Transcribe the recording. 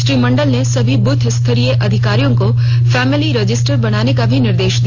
श्री मंडल ने सभी बूथ स्तरीय अधिकारियों को फैमिली रजिस्टर बनाने का भी निर्देश दिया